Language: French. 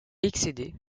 excédé